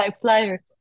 flyer